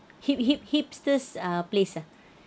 hip hip hipsters ah place ah